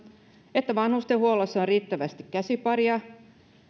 että vanhustenhuollossa on riittävästi käsipareja